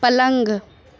पलङ्ग